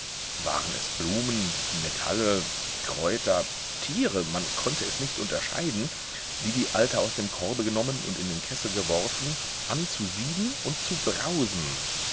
waren es blumen metalle kräuter tiere man konnte es nicht unterscheiden die die alte aus dem korbe genommen und in den kessel geworfen an zu sieden und zu brausen